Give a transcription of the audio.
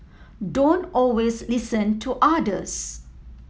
don't always listen to others